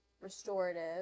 restorative